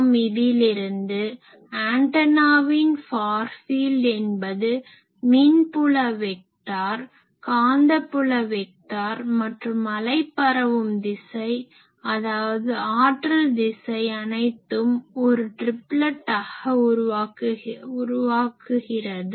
நாம் இதிலிருந்து ஆன்டனாவின் ஃபார் ஃபீல்ட் என்பது மின் புல வெக்டார் காந்த புல வெக்டார் மற்றும் அலை பரவும் திசை அதாவது ஆற்றல் திசை அனைத்தும் ஒரு ட்ரிப்லெட் உருவாக்குகிறது